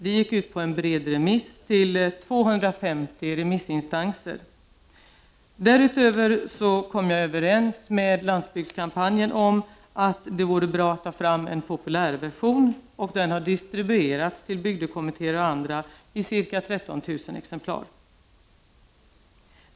Det gick ut på en bred remiss till 250 remissinstanser. Därutöver kom jag överens med landsbygdskampanjen om att det vore bra att ta fram en populärversion, och den har distribuerats till bygdekommittéer och andra ica 13 000 exemplar.